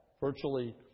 virtually